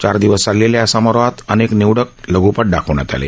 चार दिवस चाललेल्या या समारोहात अनेक निवडक निवडक लघ्पट दाखवण्यात आले